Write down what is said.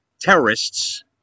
terrorists